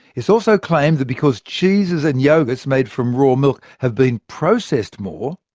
it's also claimed that because cheeses and yoghurts made from raw milk have been processed more,